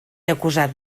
acusat